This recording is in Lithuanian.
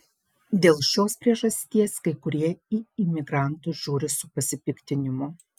dėl šios priežasties kai kurie į imigrantus žiūri su pasipiktinimu